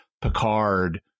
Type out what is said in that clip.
Picard